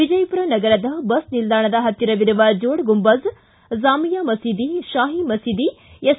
ವಿಜಯಪುರ ನಗರದ ಬಸ್ ನಿಲ್ದಾಣದ ಹತ್ತಿರವಿರುವ ಜೋಡ ಗುಂಬಜ್ ಜಾಮೀಯಾ ಮಸೀದಿ ಶಾಹಿ ಮಸೀದಿ ಎಸ್